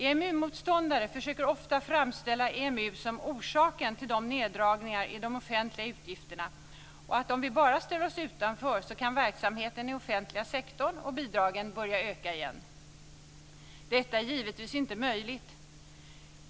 EMU-motståndare försöker ofta framställa EMU som orsaken till neddragningar i de offentliga utgifterna, och att om vi bara ställer oss utanför kan verksamheten i offentliga sektorn och bidragen börja öka igen. Detta är givetvis inte möjligt.